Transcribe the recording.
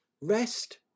Rest